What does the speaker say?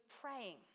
praying